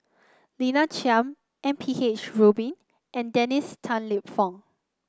Lina Chiam M P H Rubin and Dennis Tan Lip Fong